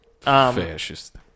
Fascist